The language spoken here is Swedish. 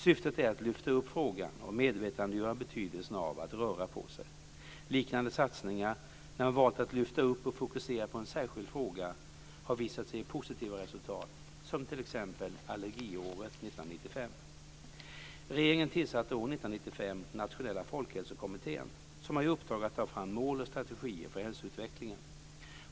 Syftet är att lyfta upp frågan och medvetandegöra betydelsen av att röra på sig. Liknande satsningar, när man valt att lyfta fram och fokusera på en särskild fråga, har visat sig ge positiva resultat, som t.ex. Allergiåret 1995. Regeringen tillsatte år 1995 Nationella folkhälsokommittén, som har i uppdrag att ta fram mål och strategier för hälsoutvecklingen.